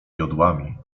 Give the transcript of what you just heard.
jodłami